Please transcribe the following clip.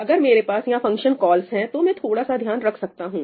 अगर मेरे पास यहां फंक्शन कॉल्स है तो मैं थोड़ा सा ध्यान रख सकता हूं